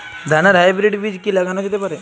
ধানের হাইব্রীড বীজ কি লাগানো যেতে পারে?